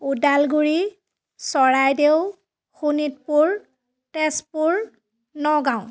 Udalguri Charaideo Sonitpur Tezpur Nagaon